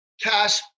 cash